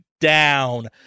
down